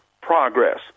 progress